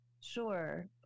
sure